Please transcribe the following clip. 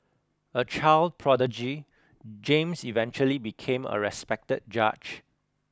a child prodigy James eventually became a respected judge